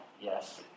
yes